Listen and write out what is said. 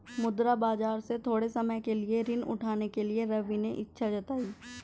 मुद्रा बाजार से थोड़े समय के लिए ऋण उठाने के लिए रवि ने इच्छा जताई